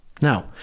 now